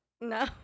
No